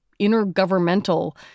intergovernmental